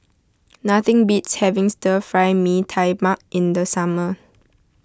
nothing beats having Stir Fry Mee Tai Mak in the summer